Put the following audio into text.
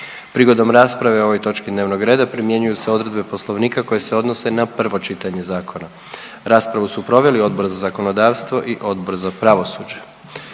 Prigodom rasprave o ovoj točki dnevnog reda primjenjuju se odredbe poslovnika koje se odnose na drugo čitanje zakona. Amandmani se mogu podnijeti do kraja rasprave